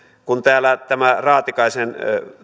kun täällä tämä raatikaisen